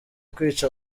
kwica